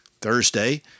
Thursday